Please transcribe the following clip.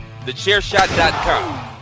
TheChairShot.com